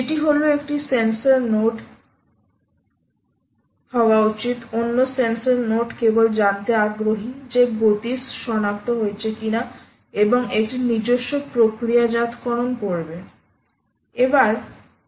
সেটি হল একটি সেন্সর নোড হওয়া উচিত অন্য সেন্সর নোড কেবল জানতে আগ্রহী যে গতি শনাক্ত হয়েছে কিনা এবং একটি নিজস্ব প্রক্রিয়াজাতকরণ করবে